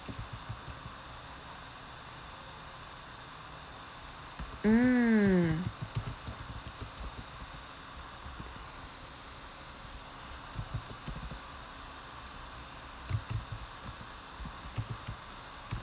mm